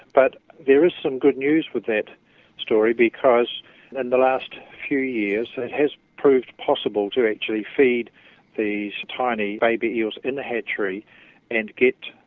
but there is some good news with that story because in the last few years it has proved possible to actually feed these tiny baby eels in the hatchery and get,